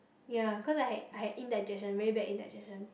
ya cause I had I had indigestion very bad indigestion